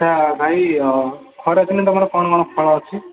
ଆଚ୍ଛା ଭାଇ ଖରାଦିନେ ତୁମର କ'ଣ କ'ଣ ଫଳ ଅଛି